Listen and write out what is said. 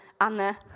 Anna